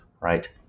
right